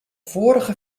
foarige